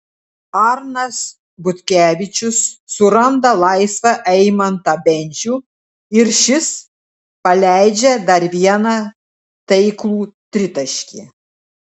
arnas butkevičius suranda laisvą eimantą bendžių ir šis paleidžia dar vieną taiklų tritaškį